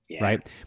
Right